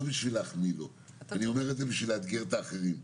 כדי להחמיא לו אלא אני אומר את זה כדי לאתגר את האחרים.